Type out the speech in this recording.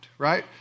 right